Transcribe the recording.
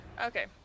Okay